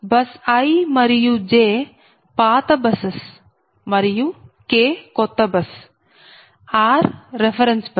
bus i మరియు j పాత buses మరియు k కొత్త బస్ మరియు r రెఫెరెన్స్ బస్